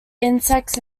insects